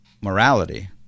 morality